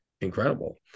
incredible